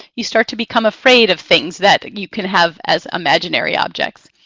you start to become afraid of things that you can have as imaginary objects.